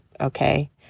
okay